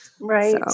Right